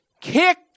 Kick